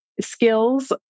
skills